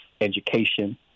education